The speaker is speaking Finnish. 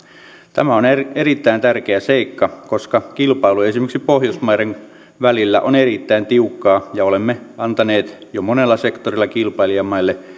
tämä on erittäin tärkeä seikka koska kilpailu esimerkiksi pohjoismaiden välillä on erittäin tiukkaa ja olemme antaneet jo monella sektorilla kilpailijamaille